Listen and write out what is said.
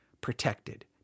protected